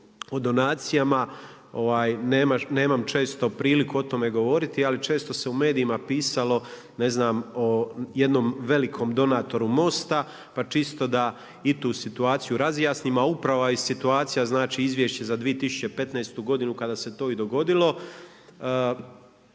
o donacijama nemam često priliku o tome govoriti, ali često se u medijima pisalo ne znam o jednom velikom donatoru MOST-a pa čisto da i tu situaciju razjasnimo, a upravo je situacija znači Izvješće za 2015. godinu kada se to i dogodilo